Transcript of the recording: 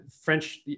French